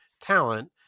talent